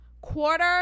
quarter